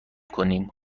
کنیم